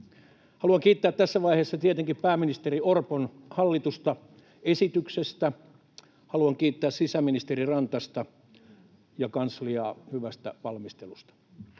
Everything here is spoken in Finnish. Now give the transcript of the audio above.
Haluan kiittää tässä vaiheessa tietenkin pääministeri Orpon hallitusta esityksestä. Haluan kiittää sisäministeri Rantasta ja kansliaa hyvästä valmistelusta.